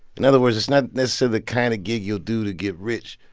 in other words, it's not necessarily the kind of gig you'll do to get rich.